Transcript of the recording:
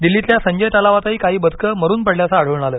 दिलीतल्या संजय तलावातही काही बदकं मरून पडल्याचं आढळून आलं